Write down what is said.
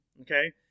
Okay